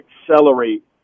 accelerate